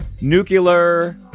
nuclear